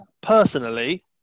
Personally